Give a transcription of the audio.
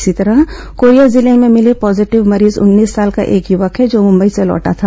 इसी तरह कोरिया जिले में मिले पॉजीटिव मरीज उन्नीस साल का एक युवक है जो मुंबई से लौटा था